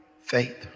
Faith